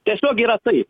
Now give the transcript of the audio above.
tiesiog yra taip